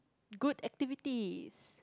good activities